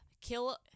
kill